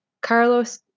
Carlos